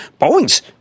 Boeing's